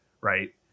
Right